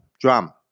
drum